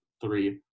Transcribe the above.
three